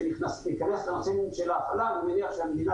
זה ייכנס לנושאים של --- ואני מניח שהמדינה